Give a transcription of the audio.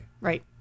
right